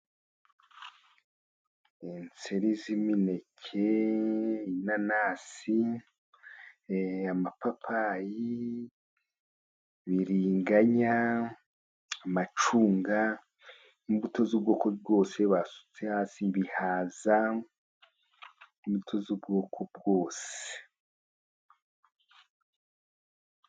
Inseri z'imineke, inanasi, amapapayi, ibibiringanya, amacunga, imbuto z'ubwoko bwose basutse hasi, ibihaza, imbuto z'ubwoko bwose.